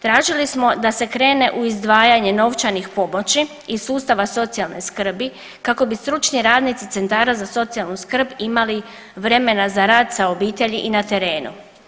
Tražili smo da se krene u izdvajanje novčanih pomoći iz sustava socijalne skrbi kako bi stručni radnici centara za socijalnu skrb imali vremena za rad sa obitelji i na terenu.